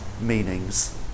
meanings